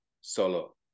solo